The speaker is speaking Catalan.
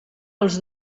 els